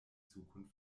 zukunft